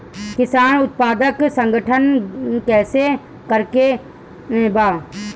किसान उत्पादक संगठन गठन कैसे करके बा?